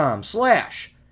slash